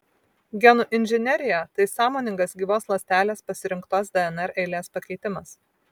genų inžinerija tai sąmoningas gyvos ląstelės pasirinktos dnr eilės pakeitimas